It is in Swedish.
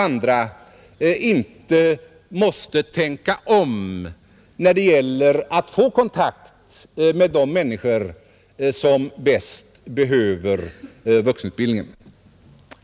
inte måste tänka om när det gäller att få kontakt med de människor som bäst behöver vuxenutbildning.